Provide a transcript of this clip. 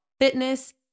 fitness